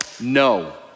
No